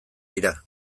dira